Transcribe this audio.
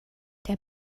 der